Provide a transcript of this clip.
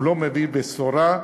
הוא לא מביא בשורה,